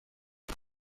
خود